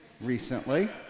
recently